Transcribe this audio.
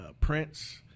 prince